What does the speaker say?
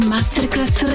Masterclass